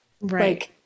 Right